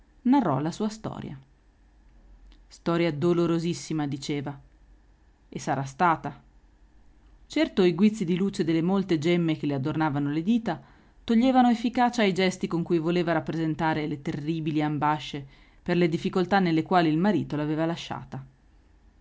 narrò la sua storia storia dolorosissima diceva e sarà stata certo i guizzi di luce delle molte gemme che le adornavano le dita toglievano efficacia ai gesti con cui voleva rappresentare le terribili ambasce per le difficoltà nelle quali il marito l'aveva lasciata